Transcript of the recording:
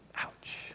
Ouch